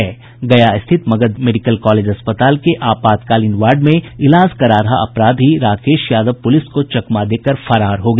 गया स्थित Magadh medical college अस्पताल के आपातकालीन वार्ड में इलाज करा रहा अपराधी राकेश यादव पुलिस को चकमा देकर फरार हो गया